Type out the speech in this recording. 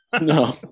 No